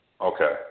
Okay